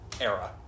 era